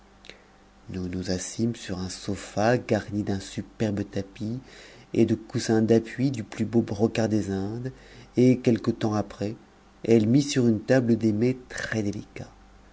nous nous assîmes sur un sofa garni d'un superbe tapis et de coussins d'appui du plus beau brocart des indes et quelque temps après elle mit sur une table des